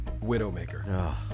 Widowmaker